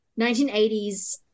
1980s